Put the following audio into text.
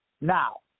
Now